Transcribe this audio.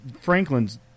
Franklin's